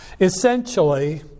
essentially